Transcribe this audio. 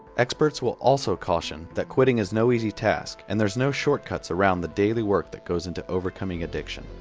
experts will also caution that quitting is no easy task and there's no shortcuts around the daily work that goes into overcoming addiction.